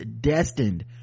destined